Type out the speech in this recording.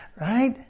Right